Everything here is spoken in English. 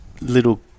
Little